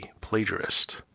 plagiarist